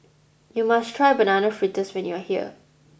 you must try banana fritters when you are here